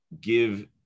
give